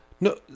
No